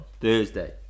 Thursday